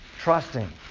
trusting